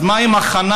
אז מה עם הכנת